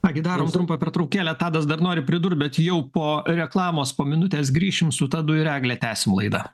ką gi darom trumpą pertraukėlę tadas dar nori pridurt bet jau po reklamos po minutės grįšim su tadu ir egle tęsim laidą